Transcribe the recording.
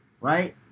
right